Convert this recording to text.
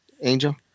Angel